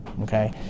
okay